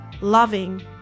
loving